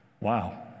Wow